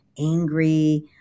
angry